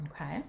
Okay